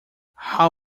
how